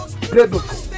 Biblical